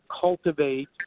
cultivate